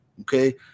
Okay